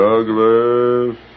Douglas